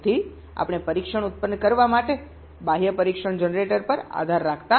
તેથી આપણે પરીક્ષણ ઉત્પન્ન કરવા માટે બાહ્ય પરીક્ષણ જનરેટર પર આધાર રાખતા નથી